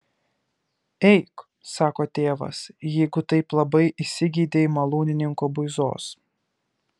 eik sako tėvas jeigu taip labai įsigeidei malūnininko buizos